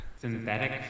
Synthetic